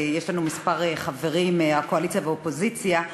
יש לנו כמה חברים מהקואליציה ומהאופוזיציה,